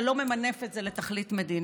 אתה לא ממנף את זה לתכלית מדינית.